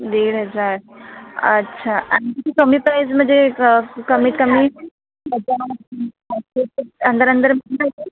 दीड हजार अच्छा आणि किती कमी प्राइसमध्ये कमीत कमी हजार ते सातशेच्या अंदरअंदर पाहिजे